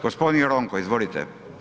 Gospodin Ronko, izvolite.